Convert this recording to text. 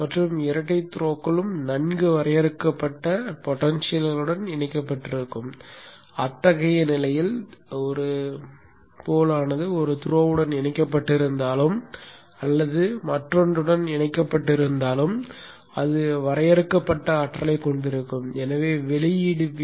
மற்றும் இரண்டு த்ரோகளும் நன்கு வரையறுக்கப்பட்ட பொடென்ஷியல்களுடன் இணைக்கப்பட்டிருக்கும் அத்தகைய நிலையில் துருவமானது ஒரு த்ரோவுடன் இணைக்கப்பட்டிருந்தாலும் அல்லது மற்றொன்றுடன் இணைக்கப்பட்டிருந்தாலும் அது வரையறுக்கப்பட்ட ஆற்றலைக் கொண்டிருக்கும் எனவே வெளியீடு Vo